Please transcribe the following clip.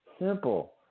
simple